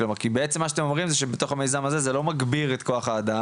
כלומר כי בעצם מה שאתם אומרים שבתוך המיזם הזה זה לא מגביר את כוח האדם,